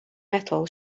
metal